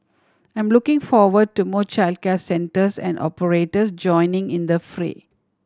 I'm looking forward to more childcare centres and operators joining in the fray